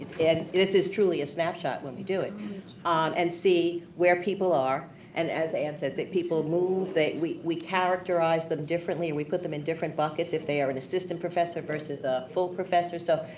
it it is truly a snapshot when we do it um and see where people are and as answer that people move we we characterize them differently. we put them in different buckets if they are in a system professor versus a full professors. so,